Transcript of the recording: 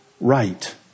right